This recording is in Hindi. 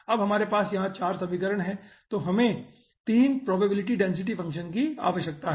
अब हमारे पास यहां 4 समीकरण है तो हमें 3 प्रोबेबिलिटी डेंसिटी फंक्शन की आवश्यकता है